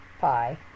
pi